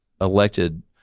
elected